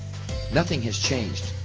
nothing has changed